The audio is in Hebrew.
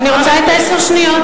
אני רוצה את עשר השניות.